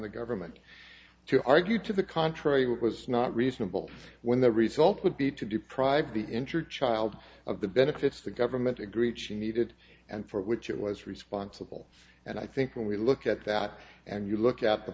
the government to argue to the contrary it was not reasonable when the result would be to deprive the injured child of the benefits the government agreed she needed and for which it was responsible and i think when we look at that and you look at the